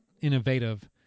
innovative